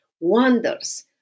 wonders